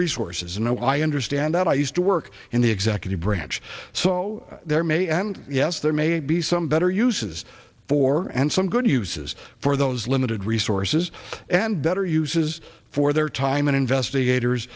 resources and no i understand that i used to work in the executive branch so there may and yes there may be some better uses for and some good uses for those limited resources and better uses for their time and investigators